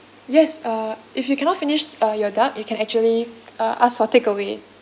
yes uh if you cannot finish uh your duck you can actually uh ask for takeaway